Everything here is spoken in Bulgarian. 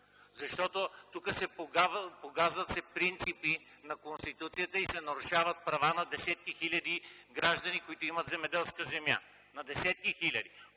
смешно. Тук се погазват принципи на Конституцията и се нарушават права на десетки хиляди граждани, които имат земеделска земя! На десетки хиляди!